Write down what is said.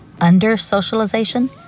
Under-socialization